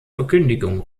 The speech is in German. verkündigung